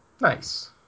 nice